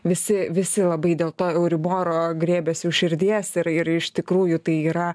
visi visi labai dėl to euriboro griebiasi už širdies ir ir iš tikrųjų tai yra